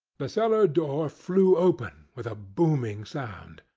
the cellar-door flew open with a booming sound,